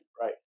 right